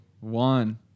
one